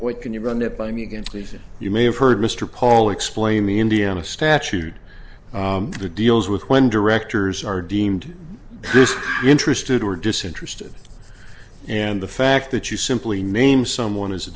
or can you run it by me against reason you may have heard mr paul explain the indiana statute the deals with when directors are deemed interested or disinterested and the fact that you simply name someone as a